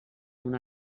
una